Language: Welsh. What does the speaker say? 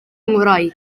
ngwraig